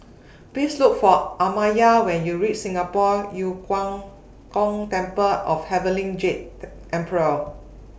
Please Look For Amaya when YOU REACH Singapore Yu Huang Gong Temple of Heavenly Jade Emperor